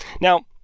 Now